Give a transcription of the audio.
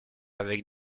avec